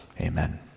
amen